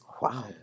Wow